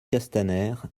castaner